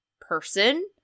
person